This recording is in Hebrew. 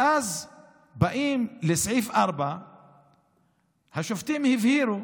ואז באים לסעיף 4. השופטים הבהירו